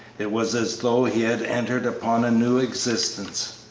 it was as though he had entered upon a new existence.